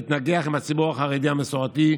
זה להתנגח עם הציבור החרדי והמסורתי,